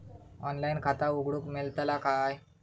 Online खाता उघडूक मेलतला काय?